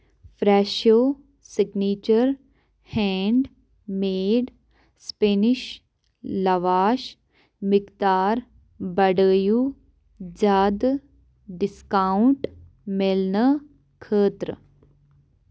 فرٛٮ۪شو signature handmade Spanish لَواش مقدار بڑٲیِو زیادٕ ڈسکاونٛٹ مِلنہٕ خٲطرٕ